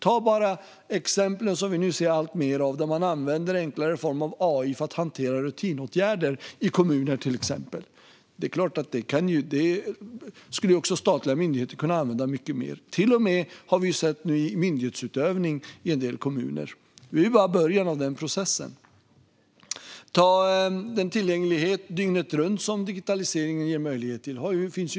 Ta bara exemplen som vi nu ser alltmer av: till exempel att kommuner använder enklare former av AI för att hantera rutinåtgärder. Det skulle också statliga myndigheter kunna använda mycket mer. I en del kommuner har vi till och med sett det i myndighetsutövning. Vi är bara i början av den processen. Tänk också på den tillgänglighet dygnet runt som digitaliseringen ger möjlighet till.